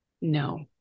No